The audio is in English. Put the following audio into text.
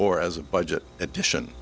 or as a budget edition